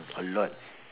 a lot